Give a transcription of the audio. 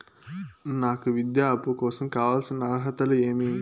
నాకు విద్యా అప్పు కోసం కావాల్సిన అర్హతలు ఏమి?